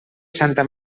santa